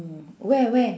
where where